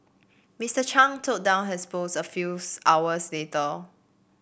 Mister Chung took down hers post a few hours dater